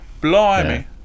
blimey